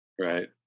Right